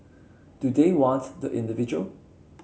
do they want the individual